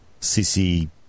CC